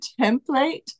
template